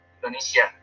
Indonesia